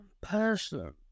Person